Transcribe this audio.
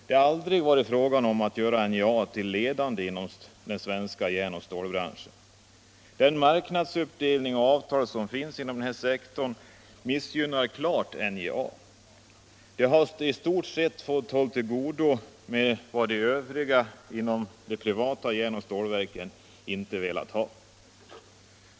Det har aldrig varit fråga om att göra NJA till ledande inom den svenska järnoch stålbranschen. Den marknadsuppdelning och det avtal som finns inom denna sektor missgynnar klart NJA. Det har i stort sett fått hålla till godo med vad de privata järnoch stålverken inte velat ha.